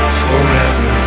forever